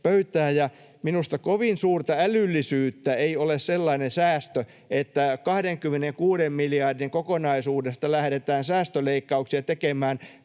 pöytää. Ja minusta kovin suurta älyllisyyttä ei ole sellainen säästö, että 26 miljardin kokonaisuudesta lähdetään säästöleikkauksia tekemään